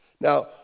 Now